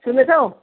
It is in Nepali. सुन्दैछौ